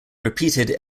repeated